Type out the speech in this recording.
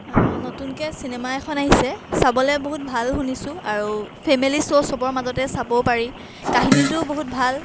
নতুনকৈ চিনেমা এখন আহিছে চাবলৈ বহুত ভাল শুনিছোঁ আৰু ফেমিলি শ্ব' চবৰ মাজতে চাবও পাৰি কাহিনীটোও বহুত ভাল